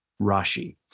Rashi